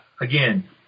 again